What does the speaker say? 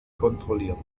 kontrolliert